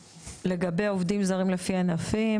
לגבי עובדים זרים לפי ענפים,